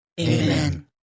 Amen